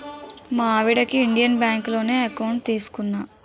మా ఆవిడకి ఇండియన్ బాంకులోనే ఎకౌంట్ తీసుకున్నా